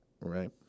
right